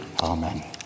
Amen